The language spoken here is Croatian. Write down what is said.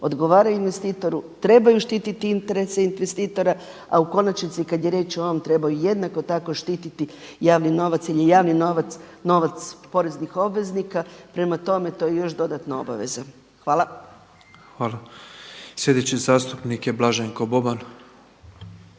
odgovaraju investitoru, trebaju štititi interese investitora, a u konačnici kada je riječ o ovom trebaju jednako tako štititi javni novac jer je javni novac poreznih obveznika. Prema tome, to je još dodatna obaveza. Hvala. **Petrov, Božo (MOST)** Hvala. Sljedeći zastupnik je Blaženko Boban.